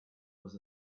was